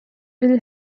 ill